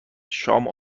شام